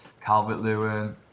Calvert-Lewin